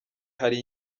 hari